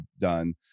done